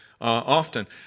often